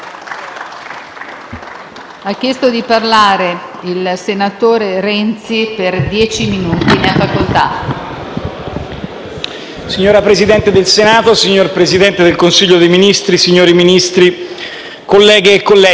Signor Presidente del Senato, signor Presidente del Consiglio dei ministri, signori Ministri, colleghe e colleghi,